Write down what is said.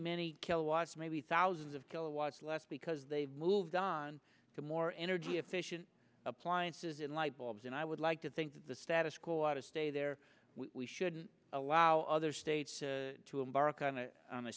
many kilowatts maybe thousands of kilowatts less because they've moved on to more energy efficient appliances in light bulbs and i would like to think that the status quo out of stay there we should allow other states to embark on a